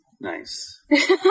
Nice